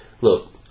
look